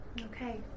Okay